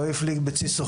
לא הפליג בצי סוחר.